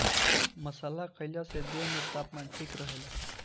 मसाला खईला से देह में तापमान ठीक रहेला